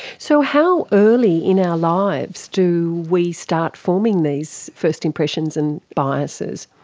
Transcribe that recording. so how early in our lives do we start forming these first impressions and biases?